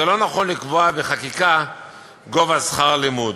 לא נכון לקבוע בחקיקה גובה שכר לימוד.